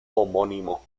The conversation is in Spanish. homónimo